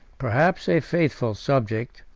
perhaps a faithful subject,